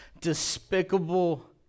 despicable